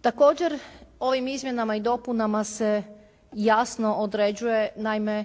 Također ovim izmjenama i dopunama se jasno određuje naime